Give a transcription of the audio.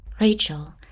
Rachel